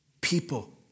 people